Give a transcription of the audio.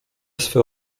swe